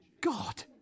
God